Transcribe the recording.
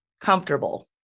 Comfortable